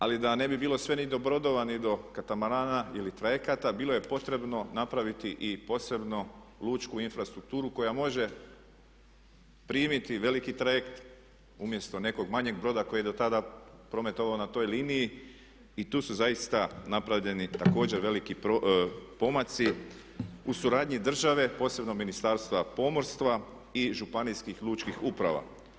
Ali da ne bi bilo sve ni do brodova, ni do katamarana ili trajekta bilo je potrebno napraviti i posebno lučku infrastrukturu koja može primiti veliki trajekt umjesto nekog manjeg broda koji je dotada prometovao na toj liniji i tu su zaista napravljeni također veliki pomaci u suradnji države, posebno Ministarstva pomorska i Županijskih lučkih uprava.